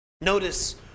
Notice